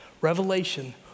Revelation